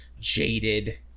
jaded